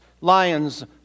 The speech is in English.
lions